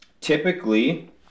typically